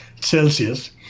Celsius